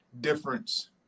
difference